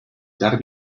gotta